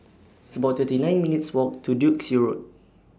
It's about thirty nine minutes' Walk to Duke's Road